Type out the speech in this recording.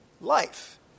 life